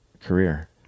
career